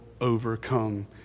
overcome